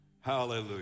Hallelujah